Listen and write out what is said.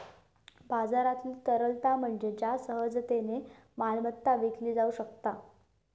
बाजारातील तरलता म्हणजे ज्या सहजतेन मालमत्ता विकली जाउ शकता